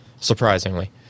surprisingly